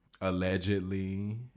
Allegedly